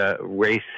race